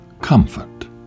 comfort